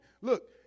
Look